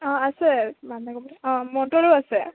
অঁ আছে বন্ধাকবি অঁ মটৰো আছে